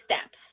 steps